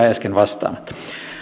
äsken vastaamatta